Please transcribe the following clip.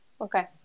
okay